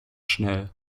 schnell